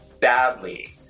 badly